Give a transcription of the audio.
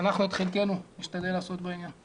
אנחנו את חלקנו נשתדל לעשות בעניין.